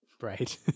Right